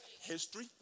History